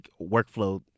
workflow